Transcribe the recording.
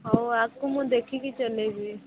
ହଉ ଆଗକୁ ମୁଁ ଦେଖିକି ଚଲେଇବି